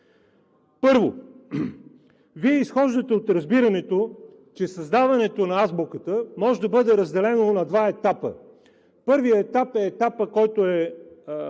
Първо, Вие изхождате от разбирането, че създаването на азбуката може да бъде разделено на два етапа. Първият етап е етапът, който е,